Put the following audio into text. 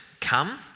come